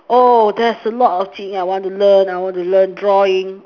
oh there's a lot of thing I want to learn I want to learn drawing